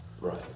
Right